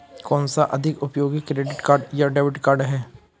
कौनसा अधिक उपयोगी क्रेडिट कार्ड या डेबिट कार्ड है?